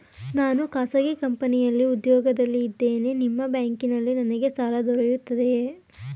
ನಾನು ಖಾಸಗಿ ಕಂಪನಿಯಲ್ಲಿ ಉದ್ಯೋಗದಲ್ಲಿ ಇದ್ದೇನೆ ನಿಮ್ಮ ಬ್ಯಾಂಕಿನಲ್ಲಿ ನನಗೆ ಸಾಲ ದೊರೆಯುತ್ತದೆಯೇ?